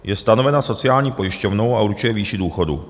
Je stanovena sociální pojišťovnou a určuje výši důchodu.